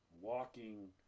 walking